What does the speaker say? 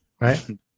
Right